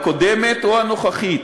הקודמת או הנוכחית,